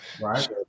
right